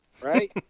right